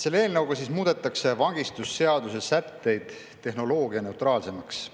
Selle eelnõuga muudetakse vangistusseaduse sätteid tehnoloogianeutraalsemaks,